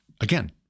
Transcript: again